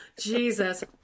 Jesus